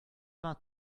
vingt